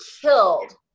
killed